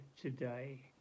today